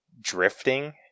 drifting